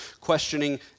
questioning